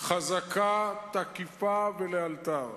חזקה, תקיפה ולאלתר.